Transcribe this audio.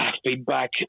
feedback